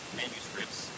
manuscripts